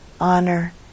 honor